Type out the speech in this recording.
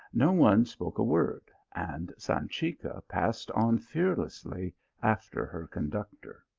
no one spoke a word, and sanchica passed on fearlessly after her conductor.